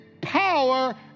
power